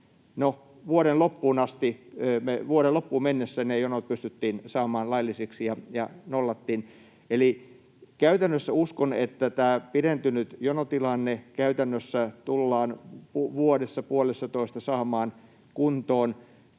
vuoden loppuun mennessä ne jonot pystyttiin saamaan laillisiksi ja nollattiin. Eli käytännössä uskon, että tämä pidentynyt jonotilanne käytännössä tullaan vuodessa, puolessatoista saamaan kuntoon.